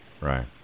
Right